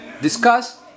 discuss